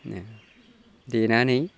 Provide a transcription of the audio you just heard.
देनानै